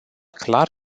clar